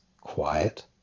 quiet